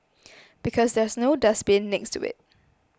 because there's no dustbin next to it